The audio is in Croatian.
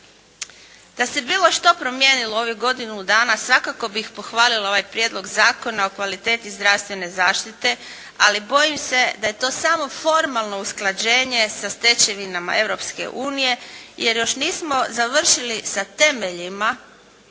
Da se bilo što promijenilo u ovih godinu dana svakako bih pohvalila ovaj Prijedlog Zakona o kvaliteti zdravstvene zaštite. Ali bojim se da je to samo formalno usklađenje sa stečevinama Europske unije, jer još nismo završili sa temeljima,